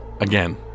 again